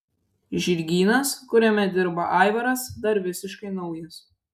žirgynas kuriame dirba aivaras dar visiškai naujas